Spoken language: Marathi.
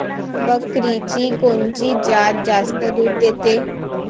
बकरीची कोनची जात जास्त दूध देते?